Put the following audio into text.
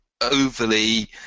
overly